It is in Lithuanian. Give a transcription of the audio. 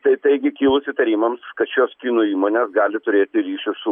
tai taigi kilus įtarimams kad šios kinų įmonės gali turėti ryšius su